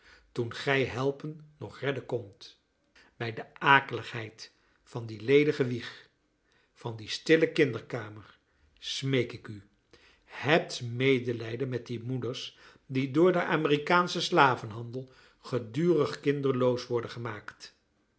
toen gij helpen noch redden kondt bij de akeligheid van die ledige wieg van die stille kinderkamer smeek ik u hebt medelijden met die moeders die door den amerikaanschen slavenhandel gedurig kinderloos worden gemaakt